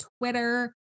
Twitter